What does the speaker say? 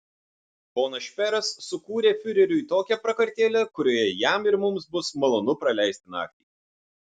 ponas šperas sukūrė fiureriui tokią prakartėlę kurioje jam ir mums bus malonu praleisti naktį